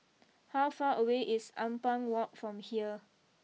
how far away is Ampang walk from here